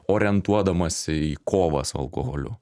orientuodamasi į kovą su alkoholiu